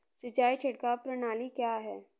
सिंचाई छिड़काव प्रणाली क्या है?